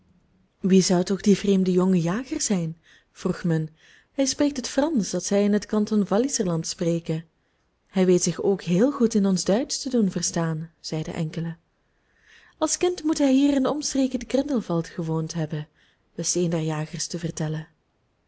wie zou toch die vreemde jonge jager zijn vroeg men hij spreekt het fransch dat zij in het kanton walliserland spreken hij weet zich ook heel goed in ons duitsch te doen verstaan zeiden enkelen als kind moet hij hier in de omstreken te grindelwald gewoond hebben wist een der jagers te vertellen